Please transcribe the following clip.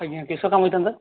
ଆଜ୍ଞା କିସ କାମ ହେଇଥାନ୍ତା